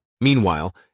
Meanwhile